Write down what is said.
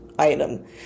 item